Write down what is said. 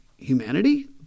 Humanity